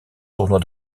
tournoi